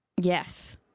Yes